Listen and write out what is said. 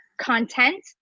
content